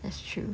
that's true